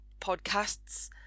podcasts